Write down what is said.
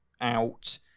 out